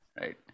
right